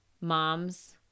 moms